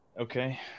Okay